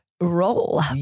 roll